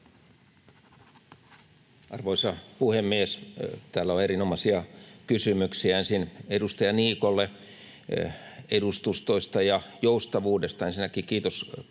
Arvoisa puhemies! Täällä on erinomaisia kysymyksiä. — Ensin edustaja Niikolle edustustoista ja joustavuudesta: Ensinnäkin